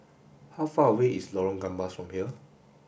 how far away is Lorong Gambas from here